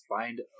find